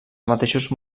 mateixos